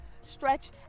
stretch